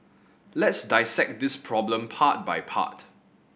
let's dissect this problem part by part